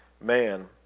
man